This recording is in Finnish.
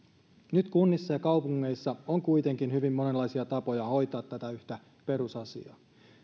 nyt kunnissa ja kaupungeissa on kuitenkin hyvin monenlaisia tapoja hoitaa tätä yhtä perusasiaa